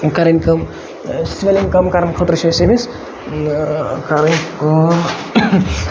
کَرٕنۍ کٲم سٕویلِنٛگ کَم کَرنہٕ خٲطرٕ چھِ اَسہِ أمِس کَرٕنۍ کٲم